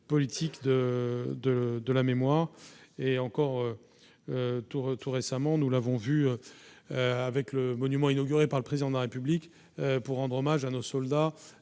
politique de, de, de la mémoire et encore tout récemment, nous l'avons vu avec le monument, inauguré par le président de la République pour rendre hommage à nos soldats